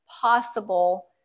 possible